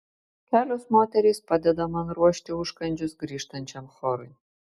kelios moterys padeda man ruošti užkandžius grįžtančiam chorui